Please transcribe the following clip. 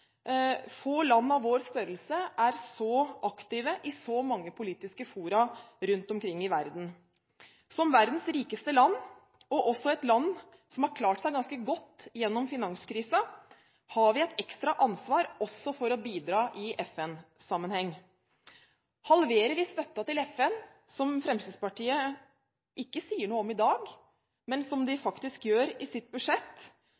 Få land av vår størrelse er så aktive i så mange politiske fora rundt omkring i verden. Som verdens rikeste land, og også et land som har klart seg ganske godt gjennom finanskrisen, har vi et ekstra ansvar for å bidra også i FN-sammenheng. Halverer vi støtten til FN, som Fremskrittspartiet ikke sier noe om i dag, men som de faktisk gjør i sitt budsjett,